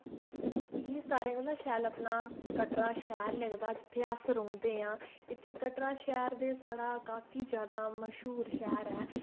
मिगी सारें कोला शैल अपना कटरा शैह्र लगदा जित्थै अस रौह्नदे आं इत्थै कटरा शैह्र ते साढ़ा काफी ज्यादा मश्हूर शैह्र ऐ